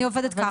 אני עובדת ככה'.